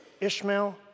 Ishmael